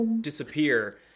disappear